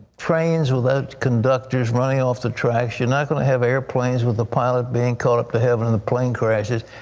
train without conductors running off the tracks. you're not going to have airplanes with the pilot being caught up to heaven and the plane crashes.